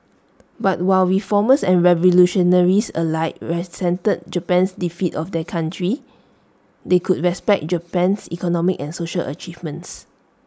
but while reformers and revolutionaries alike resented Japan's defeat of their country they could respect Japan's economic and social achievements